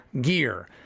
Gear